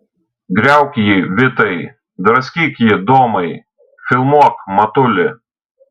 griauk jį vitai draskyk jį domai filmuok matuli